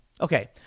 Okay